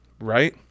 right